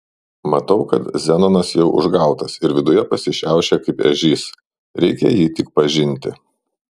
matau kad zenonas jau užgautas ir viduje pasišiaušė kaip ežys reikia jį tik pažinti